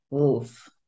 oof